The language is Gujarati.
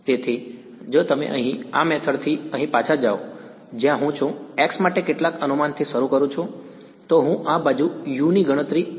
તેથી જો તમે અહીં આ મેથડ થી અહીં પાછા જાઓ છો જ્યાં હું છું હું x માટે કેટલાક અનુમાનથી શરૂ કરું છું તો હું આ બાજુ u ની ગણતરી કરું છું